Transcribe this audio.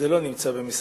לא נמצא במשרדך.